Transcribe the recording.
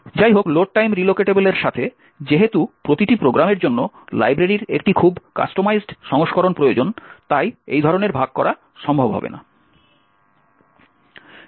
যাইহোক load time রিলোকেটেবলের সাথে যেহেতু প্রতিটি প্রোগ্রামের জন্য লাইব্রেরির একটি খুব কাস্টমাইজড সংস্করণ প্রয়োজন তাই এই ধরনের ভাগ করা সম্ভব হবে না